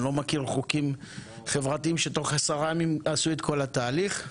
אני לא מכיר חוקים חברתיים שתוך 10 ימים עשו את כל התהליך,